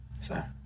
sir